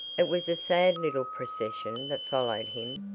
it was a sad little procession that followed him.